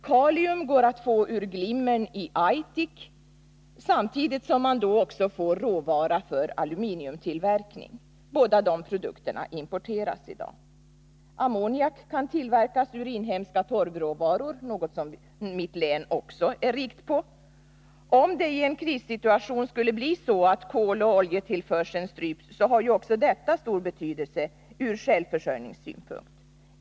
Kalium går att få ur glimmern i Aitek, och då får man samtidigt råvara för aluminiumtillverkning. Båda de produkterna importeras i dag. Ammoniak kan tillverkas ur inhemska torvråvaror, något som mitt län också är rikt på. Om det i en krissituation skulle bli så, att koloch oljetillförseln stryps, har ju även detta stor betydelse ur självförsörjningssynpunkt.